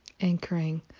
anchoring